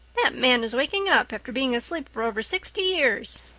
that man is waking up after being asleep for over sixty years.